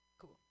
Cool